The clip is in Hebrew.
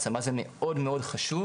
העצמה זה מאוד מאוד חשוב,